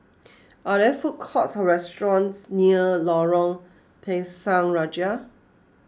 are there food courts or restaurants near Lorong Pisang Raja